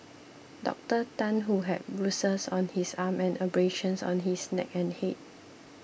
Doctor Tan who had bruises on his arm and abrasions on his neck and head